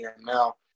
now